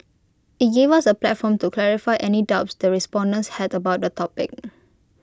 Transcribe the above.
IT gave us A platform to clarify any doubts the respondents had about the topic